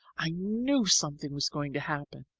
i knew something was going to happen.